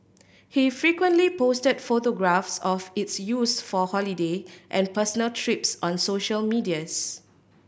he frequently posted photographs of its use for holiday and personal trips on social medians